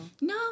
No